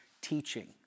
teaching